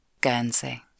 Guernsey